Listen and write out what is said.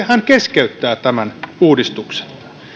hän keskeyttää tämän uudistuksen